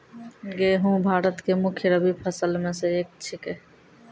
गेहूँ भारत के मुख्य रब्बी फसल मॅ स एक छेकै